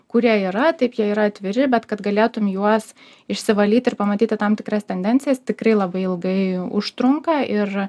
kurie yra taip jie yra atviri bet kad galėtum juos išsivalyt ir pamatyti tam tikras tendencijas tikrai labai ilgai užtrunka ir